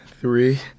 Three